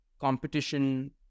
competition